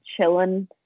chilling